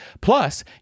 Plus